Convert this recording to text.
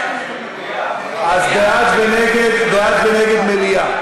אז בעד ונגד, בעד ונגד מליאה.